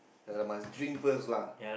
uh must drink first lah